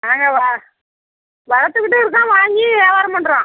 நாங்கள் வ வளர்த்துக்கிட்டும் இருக்கோம் வாங்கியும் விவாரம் பண்ணுறோம்